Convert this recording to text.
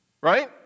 Right